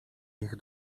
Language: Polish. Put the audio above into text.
ich